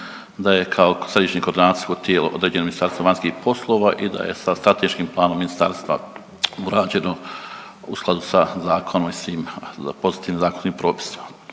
da je kao središnje koordinacijsko tijelo određeno Ministarstvo vanjskih poslova i da je sa strateškim planom ministarstva urađeno u skladu sa zakonom i svim pozitivnim zakonskim propisima.